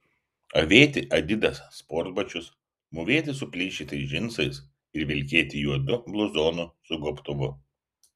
avėti adidas sportbačius mūvėti suplėšytais džinsais ir vilkėti juodu bluzonu su gobtuvu